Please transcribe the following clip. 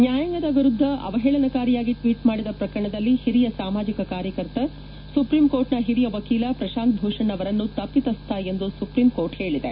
ನ್ಗಾಯಾಂಗದ ವಿರುದ್ದ ಅವಹೇಳನಕಾರಿಯಾಗಿ ಟ್ವೀಟ್ ಮಾಡಿದ ಪ್ರಕರಣದಲ್ಲಿ ಹಿರಿಯ ಸಾಮಾಜಿಕ ಕಾರ್ಯಕರ್ತ ಸುಪ್ರೀಂಕೋರ್ಟ್ ಹಿರಿಯ ವಕೀಲ ಪ್ರಶಾಂತ್ ಭೂಷಣ್ ಅವರನ್ನು ತಪ್ಪಿತಸ್ಥ ಎಂದು ಸುಪ್ರೀಂಕೋರ್ಟ್ ಇಂದು ಹೇಳಿದೆ